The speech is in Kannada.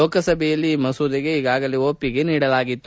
ಲೋಕಸಭೆಯಲ್ಲಿ ಈ ಮಸೂದೆಗೆ ಈಗಾಗಲೇ ಒಪ್ಪಿಗೆ ನೀಡಲಾಗಿತ್ತು